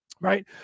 Right